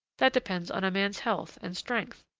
that depends on a man's health and strength.